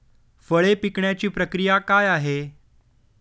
फळे पिकण्याची प्रक्रिया काय आहे?